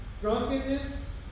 drunkenness